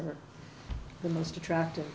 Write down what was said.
are the most attractive